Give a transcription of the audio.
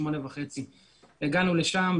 20:30. הגענו לשם,